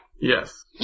Yes